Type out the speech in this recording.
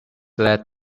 led